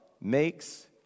makes